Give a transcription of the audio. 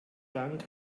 lang